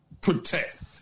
protect